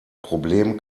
problem